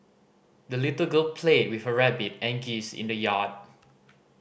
the little girl played with her rabbit and geese in the yard